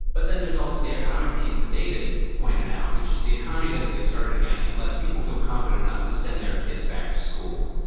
but then there's also the economic piece, the david pointed out, which is the economy doesn't get started again and unless people feel confident enough to send their kids back to school.